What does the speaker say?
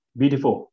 beautiful